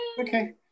Okay